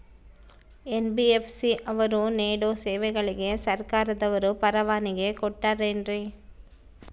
NBFC ಅವರು ನೇಡೋ ಸೇವೆಗಳಿಗೆ ಸರ್ಕಾರದವರು ಪರವಾನಗಿ ಕೊಟ್ಟಾರೇನ್ರಿ?